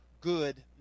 good